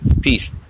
Peace